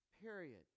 period